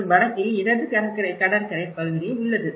மற்றும் வடக்கில் இடது கடற்கரை பகுதி உள்ளது